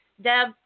Deb